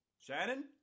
Shannon